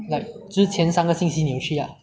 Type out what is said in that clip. like 之前三个星期有去 ah